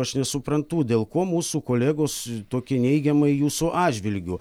aš nesuprantu dėl ko mūsų kolegos toki neigiamai jūsų atžvilgiu